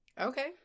Okay